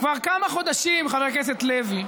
כבר כמה חודשים, חבר הכנסת לוי,